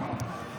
על אחת כמה וכמה.